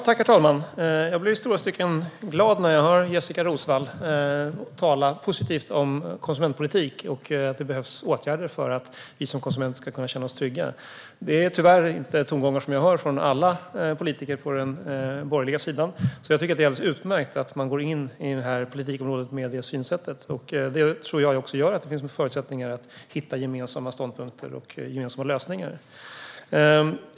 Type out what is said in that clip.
Herr talman! Jag blir i stora stycken glad när jag hör Jessika Roswall tala positivt om konsumentpolitik och säga att det behövs åtgärder för att vi som konsumenter ska kunna känna oss trygga. Det är tyvärr inte tongångar som jag hör från alla politiker på den borgerliga sidan. Jag tycker att det är alldeles utmärkt att man går in i det här politikområdet med det synsättet. Det tror jag också gör att det finns en förutsättning för att hitta gemensamma ståndpunkter och gemensamma lösningar.